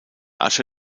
asche